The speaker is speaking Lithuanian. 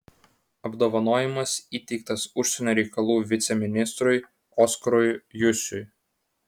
apdovanojimas įteiktas užsienio reikalų viceministrui oskarui jusiui